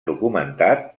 documentat